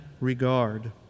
regard